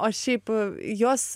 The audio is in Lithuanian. o šiaip jos